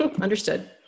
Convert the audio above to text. understood